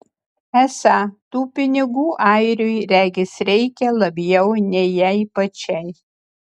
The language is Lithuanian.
esą tų pinigų airiui regis reikia labiau nei jai pačiai